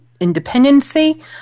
Independency